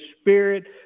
Spirit